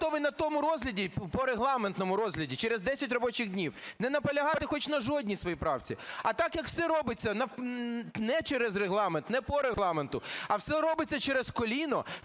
я готовий на тому розгляді, по регламентному розгляді, через 10 робочих днів, не наполягати хоч на жодній своїй правці. А так, як все робиться не через Регламент, не по Регламенту, а все робиться через коліно,